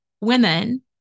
women